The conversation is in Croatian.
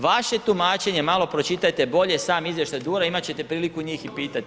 Vaše tumačenje, malo pročitajte bolje sam izvještaj DUR-a imat ćete priliku njih i pitati.